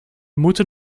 moeten